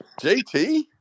JT